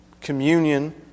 communion